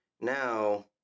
now